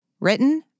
written